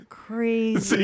crazy